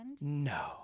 no